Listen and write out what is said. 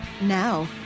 now